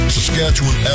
Saskatchewan